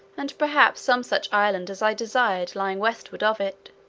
and perhaps some such island as i desired lying westward of it.